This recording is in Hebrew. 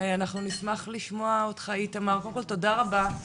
אנחנו נשמח לשמוע אותך איתמר, קודם כל תודה רבה,